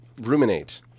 ruminate